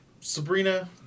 Sabrina